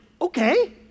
Okay